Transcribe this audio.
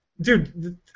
Dude